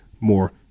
more